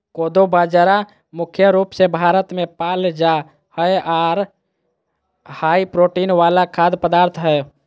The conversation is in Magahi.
कोदो बाजरा मुख्य रूप से भारत मे पाल जा हय आर हाई प्रोटीन वाला खाद्य पदार्थ हय